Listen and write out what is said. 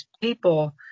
people